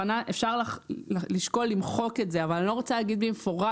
אפשר לשקול למחוק את זה אבל אני לא רוצה להגיד במפורש.